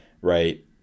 right